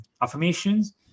affirmations